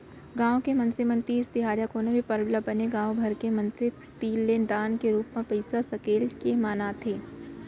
गाँव के मनसे मन तीज तिहार या कोनो भी परब ल बने गाँव भर के मनसे तीर ले दान के रूप म पइसा सकेल के मनाथे